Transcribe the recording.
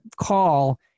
call